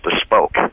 bespoke